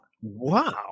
wow